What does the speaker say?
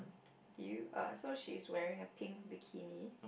did you uh so she is wearing a pink bikini